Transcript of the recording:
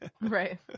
right